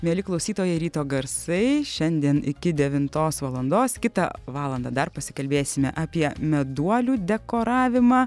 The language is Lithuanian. mieli klausytojai ryto garsai šiandien iki devintos valandos kitą valandą dar pasikalbėsime apie meduolių dekoravimą